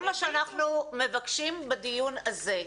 כל מה שאנחנו מבקשים בדיון הזה,